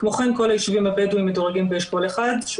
כמו כן כל הישובים הבדואים מדורגים באשכול 1 שהוא